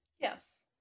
Yes